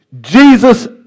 Jesus